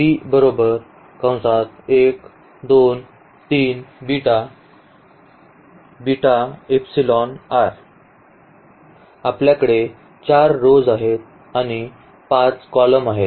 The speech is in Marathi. आपल्याकडे किती 4 row आहेत आणि आपल्याकडे 5 column आहेत